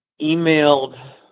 emailed